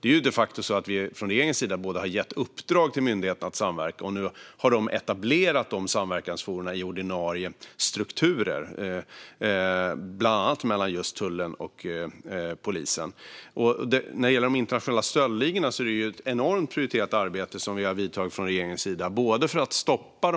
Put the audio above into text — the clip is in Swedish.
Det är de facto så att regeringen har gett uppdrag till myndigheterna att samverka och att de nu har etablerat samverkansforum inom ordinarie strukturer, bland annat mellan just tullen och polisen. När det gäller de internationella stöldligorna är det ett enormt prioriterat arbete som regeringen har gjort för att stoppa